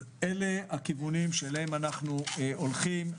אלה הכיוונים שאליהם אנחנו הולכים.